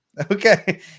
Okay